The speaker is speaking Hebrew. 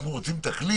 אנחנו רוצים את הכלי